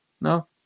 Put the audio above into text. no